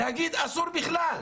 ולהגיד שאסור בכלל?